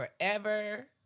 forever